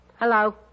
Hello